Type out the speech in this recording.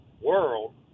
world